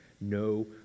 no